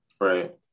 Right